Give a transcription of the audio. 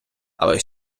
але